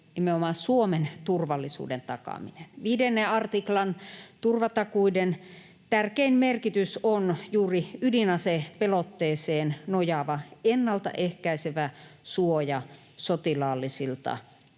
nimenomaan Suomen turvallisuuden takaaminen. 5 artiklan turvatakuiden tärkein merkitys on juuri ydinasepelotteeseen nojaava ennalta ehkäisevä suoja sotilaallisilta